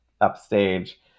upstage